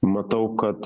matau kad